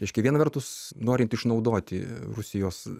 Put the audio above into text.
reiškia viena vertus norint išnaudoti rusijos